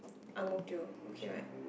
Ang Mo Kio okay right